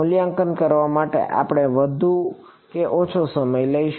મૂલ્યાંકન કરવા માટે આપણે વધુ કે ઓછો સમય લઈશું